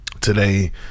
today